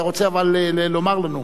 אבל אתה רוצה לומר לנו.